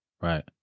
right